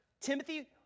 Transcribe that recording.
Timothy